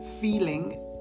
feeling